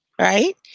right